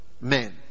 men